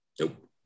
Nope